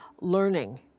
learning